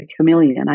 chameleon